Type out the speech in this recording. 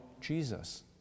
Jesus